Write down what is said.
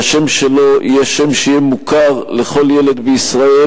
שהשם שלו יהיה שם שמוכר לכל ילד בישראל.